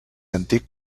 antic